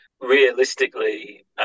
realistically